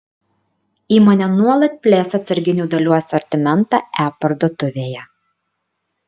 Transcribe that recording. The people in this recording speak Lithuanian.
įmonė nuolat plės atsarginių dalių asortimentą e parduotuvėje